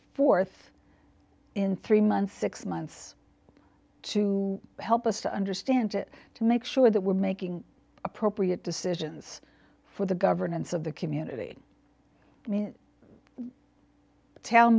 forth in three months six months to help us to understand it to make sure that we're making appropriate decisions for the governance of the community